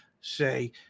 say